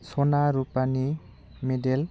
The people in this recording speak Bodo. सना रुफानि मेदेल